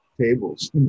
tables